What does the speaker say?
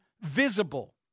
visible